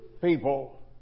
people